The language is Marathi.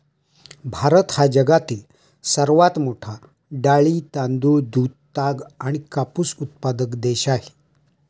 भारत हा जगातील सर्वात मोठा डाळी, तांदूळ, दूध, ताग आणि कापूस उत्पादक देश आहे